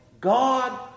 God